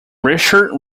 richard